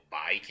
buy